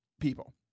people